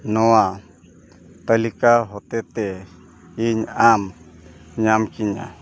ᱱᱚᱣᱟ ᱛᱟᱹᱞᱤᱠᱟ ᱦᱚᱛᱮ ᱛᱮ ᱤᱧ ᱟᱢ ᱧᱟᱢ ᱠᱤᱧᱟ